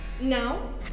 Now